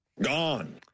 gone